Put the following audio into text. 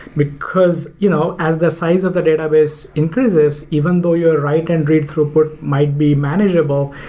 because you know as the size of the database increases, even though your write and read throughput might be manageable,